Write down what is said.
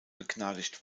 begnadigt